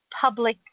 public